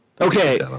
Okay